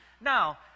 Now